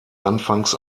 anfangs